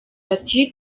ati